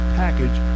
package